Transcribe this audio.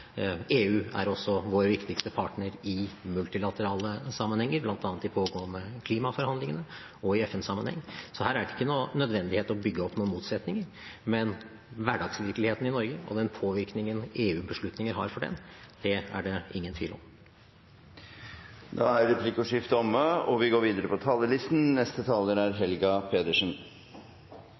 EU og NATO. EU er også vår viktigste partner i multilaterale sammenhenger, bl.a. i de pågående klimaforhandlingene, og i FN-sammenheng, så her er det ikke nødvendig å bygge opp noen motsetning. Den påvirkningen EU-beslutninger har på hverdagsvirkeligheten i Norge, er det ingen tvil om. Replikkordskiftet er omme. De ti siste årene har nordområdene fått sin høyst fortjente plass på den politiske dagsordenen. Norges engasjement i nord har blitt styrket, og